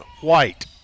white